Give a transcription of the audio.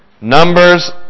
Numbers